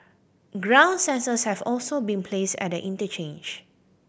ground sensors have also been placed at the interchange